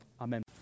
Amen